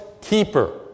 keeper